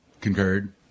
concurred